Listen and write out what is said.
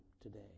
today